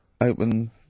open